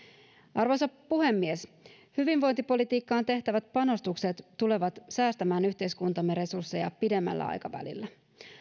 arvoisa puhemies hyvinvointipolitiikkaan tehtävät panostukset tulevat säästämään yhteiskuntamme resursseja pidemmällä aikavälillä